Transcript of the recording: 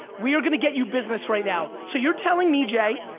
we are gonna get you business right now. so you're telling me j,